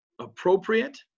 appropriate